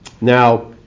Now